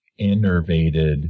innervated